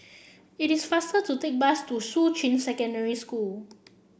it is faster to take the bus to Shuqun Secondary School